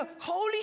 Holy